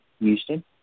Houston